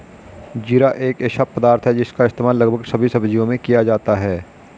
जीरा एक ऐसा पदार्थ है जिसका इस्तेमाल लगभग सभी सब्जियों में किया जाता है